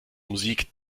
musik